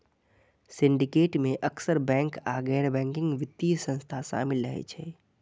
syndicate मे अक्सर bank आ गैर बैंकिंग वित्तीय संस्था शामिल रहै छै